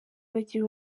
bagira